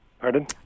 Pardon